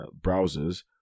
browsers